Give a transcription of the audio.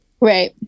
Right